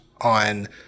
on